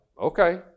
okay